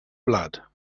blood